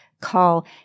call